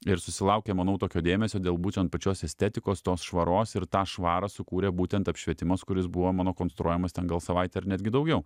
ir susilaukė manau tokio dėmesio dėl būtent pačios estetikos tos švaros ir tą švarą sukūrė būtent apšvietimas kuris buvo mano konstruojamas ten gal savaitę ar netgi daugiau